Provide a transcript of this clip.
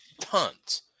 tons